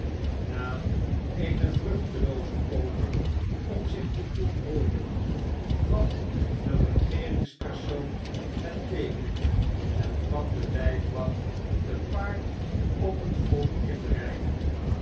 na eene vruchtelooze poging om zich te doen hooren gaf de regeeringspersoon het teeken en kwam de lijfwacht te paard op het volk inrijden